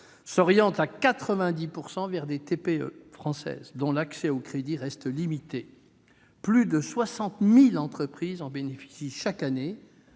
orientées à 90 % vers des TPE françaises dont l'accès au crédit reste limité. Plus de 60 000 entreprises en bénéficient chaque année.